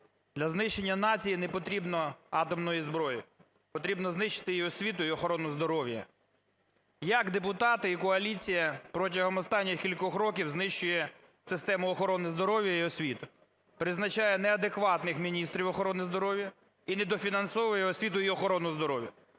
"Для знищення нації не потрібно атомної зброї, потрібно знищити її освіту і охорону здоров'я". Як депутати і коаліція протягом останніх кількох років знищує систему охорони здоров'я і освіту? Призначає неадекватних міністрів охорони здоров'я і недофінансовує освіту і охорону здоров'я.